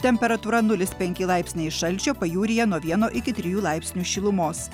temperatūra nulis penki laipsniai šalčio pajūryje nuo vieno iki trijų laipsnių šilumos